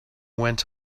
went